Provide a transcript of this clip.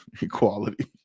equality